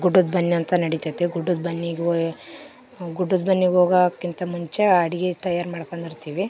ಗುಡ್ಡದ ಬನ್ನಿ ಅಂತ ನಡೀತಾತೆ ಗುಡ್ಡದ ಬನ್ನಿಗೆ ಹೋಯ್ ಗುಡ್ಡದ ಬನ್ನಿಗೆ ಹೋಗೋಕ್ಕಿಂತ ಮುಂಚೆ ಅಡಿಗೆ ತಯಾರು ಮಾಡ್ಕಂಡು ಇರ್ತೀವಿ